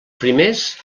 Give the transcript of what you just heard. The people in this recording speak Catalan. primers